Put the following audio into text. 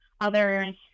Others